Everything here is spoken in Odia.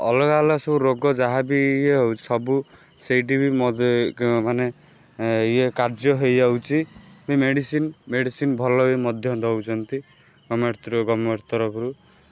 ଅଲଗା ଅଲଗା ସବୁ ରୋଗ ଯାହା ବି ଇଏ ହଉଛି ସବୁ ସେଇଠି ବି ମତେ ମାନେ ଇଏ କାର୍ଯ୍ୟ ହେଇଯାଉଛି ବି ମେଡ଼ିସିନ୍ ମେଡ଼ିସିନ୍ ଭଲ ବି ମଧ୍ୟ ଦଉଛନ୍ତି ଗଭର୍ଣ୍ଣମେଣ୍ଟ ଥ୍ରୋ ଗଭର୍ଣ୍ଣମେଣ୍ଟ ତରଫରୁ